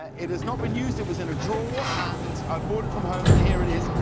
it has not been used, it was in a drawer and i brought it from home and here it is.